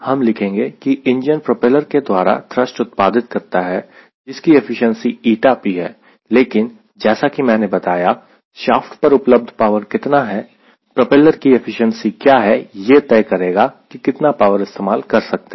हम लिखेंगे की इंजन प्रोपेलर के द्वारा थ्रस्ट उत्पादित करता है जिसकी एफिशिएंसी ηp है लेकिन जैसा कि मैंने बताया शाफ्ट पर उपलब्ध पावर कितना है प्रोपेलर की एफिशिएंसी क्या है यह तय करेगा कि कितना पावर इस्तेमाल कर सकते हैं